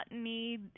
need